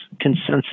consensus